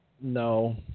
No